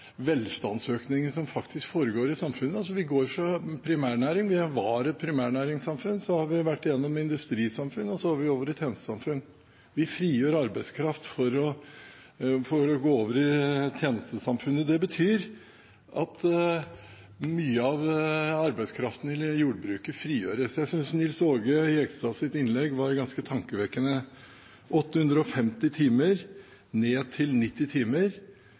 velstandsøkningen som faktisk foregår i samfunnet. Vi var et primærnæringssamfunn, så har vi vært gjennom industrisamfunnet, og så er vi over i tjenestesamfunnet, vi frigjør arbeidskraft for å gå over i tjenestesamfunnet. Det betyr at mye av arbeidskraften i jordbruket frigjøres. Jeg synes Nils Aage Jegstads innlegg var ganske tankevekkende. Det har gått fra ca. 850 millioner timer ned til ca. 90 millioner timer